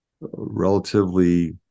relatively